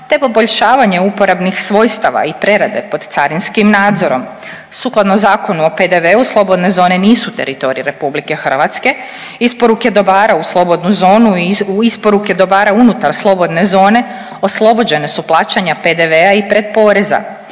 te poboljšavanje uporabnih svojstava i prerade pod carinskim nadzorom. Sukladno Zakonu o PDV-u slobodne zone nisu teritorij RH. Isporuke dobara u slobodnu zonu i isporuke dobara unutar slobodne zone oslobođene su plaćanja PDV-a i pretporeza.